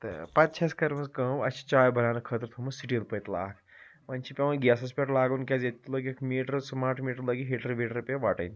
تہٕ پَتہٕ چھِ اسہِ کٔرمٕژ کٲم اسہِ چھِ چاے بناونہٕ خٲطرٕ تھومُت سِٹیٖل پٔتلہٕ اکھ وۄنۍ چھِ پیٚوان گیسَس پٮ۪ٹھ لاگُن تِکیٛازِ ییٚتہِ لٲگِکھ میٖٹر سٕمارٹ میٖٹر لٲگِکھ ہیٖٹر ویٖٹر پیٚیہِ وۄٹٕنۍ